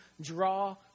draw